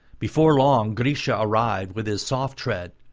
before long grisha arrived with his soft tread,